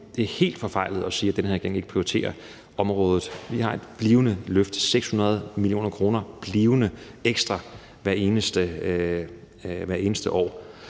det er helt forfejlet at sige, at den her regering ikke prioriterer området. Vi har et blivende løft – 600 mio. kr. blivende ekstra hvert eneste år.